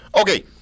Okay